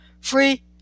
free